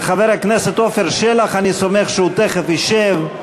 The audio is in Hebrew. על חבר הכנסת עפר שלח אני סומך שהוא תכף ישב,